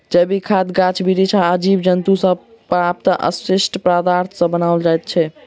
जैविक खाद गाछ बिरिछ आ जीव जन्तु सॅ प्राप्त अवशिष्ट पदार्थ सॅ बनाओल जाइत छै